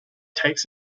takes